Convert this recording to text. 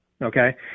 Okay